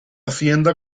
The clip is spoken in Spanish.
hacienda